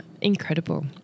incredible